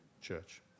church